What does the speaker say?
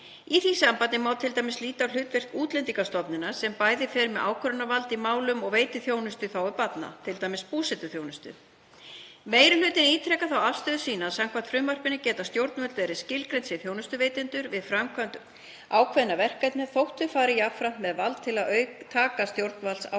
Í því sambandi má t.d. líta til hlutverks Útlendingastofnunar sem bæði fer með ákvörðunarvald í málum og veitir þjónustu í þágu barna, t.d. búsetuþjónustu. Meiri hlutinn ítrekar þá afstöðu sína að samkvæmt frumvarpinu geti stjórnvöld verið skilgreind sem þjónustuveitendur við framkvæmd ákveðinna verkefna þótt þau fari jafnframt með vald til að taka stjórnvaldsákvarðanir.